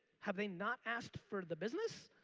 have they not asked for the business?